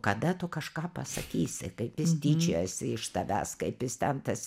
kada tu kažką pasakysi kaip jis tyčiojasi iš tavęs kaip jis ten tas